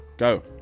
Go